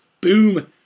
boom